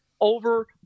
over